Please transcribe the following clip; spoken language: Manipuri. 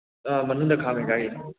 ꯑꯥ ꯃꯅꯨꯡꯗ ꯈꯥꯝꯃꯦ ꯒꯥꯔꯤ